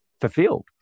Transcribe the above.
fulfilled